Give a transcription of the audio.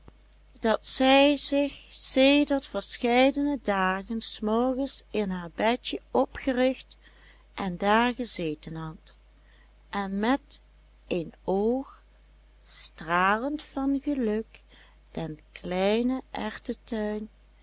dat zij zich sedert verscheidene dagen s morgens in haar bedje opgericht en daar gezeten had en met een oog stralend van geluk den kleinen erwtentuin